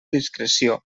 discreció